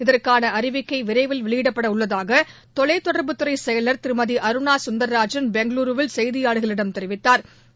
இதற்கான அறிவிக்கை விரைவில் வெளியிடப்பட உள்ளதாக தொலைத்தொடர்புத்துறை செயலர் திருமதி அருணா சுந்தா்ராஜன் பெங்களூருவில் செய்தியாளர்களிடம் தெரிவித்தாா்